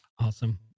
Awesome